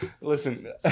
Listen